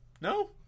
No